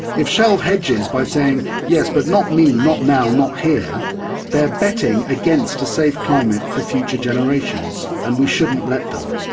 if shell hedges by saying, yes, but not me, not now, not here they're betting against a safe climate for future generations and we shouldn't let them.